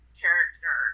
character